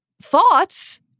thoughts